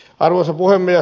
arvoisa puhemies